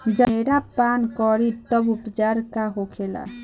जनेरा पान करी तब उपचार का होखेला?